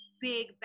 big